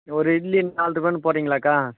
ஒரு இட்லி நாலு ரூபாய்னு போடுறீங்களாக்கா